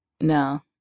no